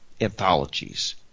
anthologies